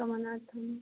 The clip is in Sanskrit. गमनार्थम्